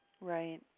Right